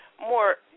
more